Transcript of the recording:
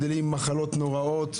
גדלים עם מחלות נוראות.